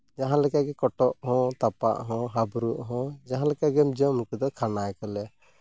ᱡᱟᱦᱟᱸ ᱞᱮᱠᱟᱜᱮ ᱠᱚᱴᱚᱜ ᱦᱚᱸ ᱛᱟᱯᱟᱜ ᱦᱚᱸ ᱦᱟᱹᱵᱽᱨᱩᱜ ᱦᱚᱸ ᱡᱟᱦᱟᱸ ᱞᱮᱠᱟ ᱜᱮᱢ ᱡᱚᱢ ᱩᱱᱠᱩ ᱫᱚ ᱠᱷᱟᱱᱟ ᱜᱮᱠᱚ ᱞᱟᱹᱭᱟ